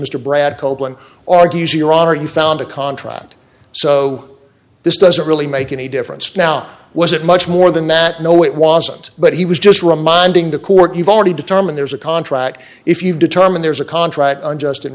mr brad copeland argues your honor and found a contract so this doesn't really make any difference now was it much more than that no it wasn't but he was just reminding the court you've already determined there's a contract if you determine there is a contract unjust